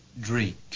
drink